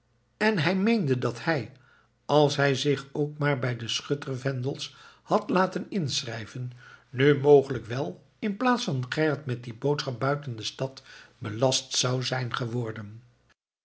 en hij meende dat hij als hij zich ook maar bij de schutter vendels had laten inschrijven nu mogelijk wel inplaats van gerrit met die boodschap buiten de stad belast zou zijn geworden